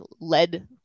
led